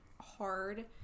hard